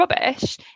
rubbish